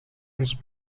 onze